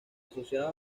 asociados